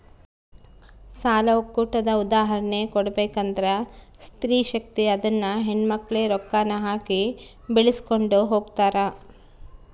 ಸಾಲ ಒಕ್ಕೂಟದ ಉದಾಹರ್ಣೆ ಕೊಡ್ಬಕಂದ್ರ ಸ್ತ್ರೀ ಶಕ್ತಿ ಅದುನ್ನ ಹೆಣ್ಮಕ್ಳೇ ರೊಕ್ಕಾನ ಹಾಕಿ ಬೆಳಿಸ್ಕೊಂಡು ಹೊಗ್ತಾರ